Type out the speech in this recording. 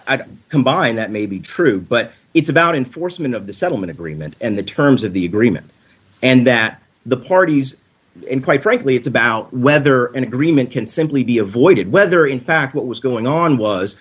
don't combine that may be true but it's about enforcement of the settlement agreement and the terms of the agreement and that the parties and quite frankly it's about whether an agreement can simply be avoided whether in fact what was going on was